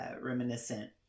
reminiscent